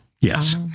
Yes